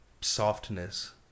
softness